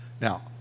Now